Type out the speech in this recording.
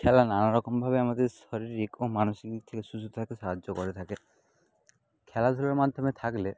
খেলা নানা রকমভাবে আমাদের শরীরিক ও মানসিক দিক থেকে সুস্থ থাকতে সাহায্য করে থাকে খেলাধুলার মাধ্যমে থাকলে